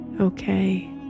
okay